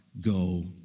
go